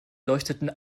leuchteten